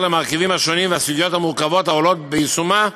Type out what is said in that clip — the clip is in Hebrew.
למרכיבים השונים והסוגיות המורכבות העולות מיישומה,